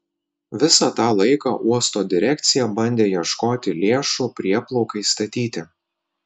visą tą laiką uosto direkcija bandė ieškoti lėšų prieplaukai statyti